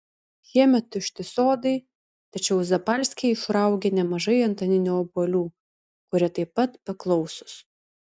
šiemet tušti sodai tačiau zapalskiai užraugė nemažai antaninių obuolių kurie taip pat paklausūs